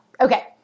Okay